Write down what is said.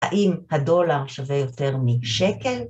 האם הדולר שווה יותר משקל?